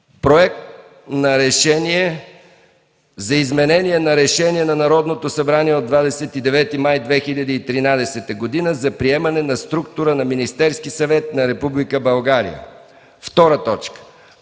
решение за изменение на Решение на Народното събрание от 29 май 2013 г. за приемане на структура на Министерския съвет на Република България.